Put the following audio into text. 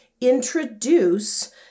introduce